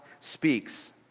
speaks